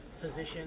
position